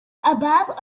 above